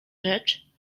rzecz